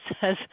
says